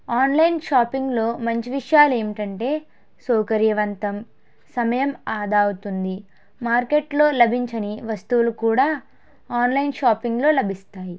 online షాపింగ్లో మంచి విషయాలు ఏమిటంటే సౌకర్యవంతం సమయం ఆదా అవుతుంది మార్కెట్లో లభించని వస్తువులు కూడా ఆన్లైన్ షాపింగ్లో లభిస్తాయి